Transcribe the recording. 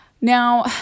Now